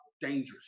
dangerous